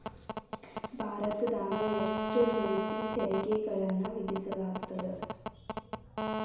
ಭಾರತದಾಗ ಎಷ್ಟ ರೇತಿ ತೆರಿಗೆಗಳನ್ನ ವಿಧಿಸಲಾಗ್ತದ?